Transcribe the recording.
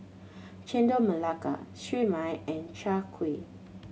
Chendol Melaka Siew Mai and Chai Kuih